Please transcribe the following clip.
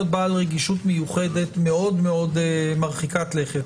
בעל רגישות מיוחדת מאוד מאוד מרחיקת לכת,